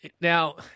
Now